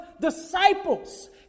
disciples